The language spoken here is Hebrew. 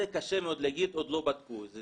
זה קשה מאוד להגיד, עוד לא בדקו את זה.